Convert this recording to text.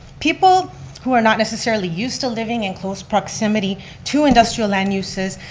people who are not necessarily used to living in close proximity to industrial land uses,